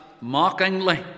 mockingly